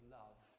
love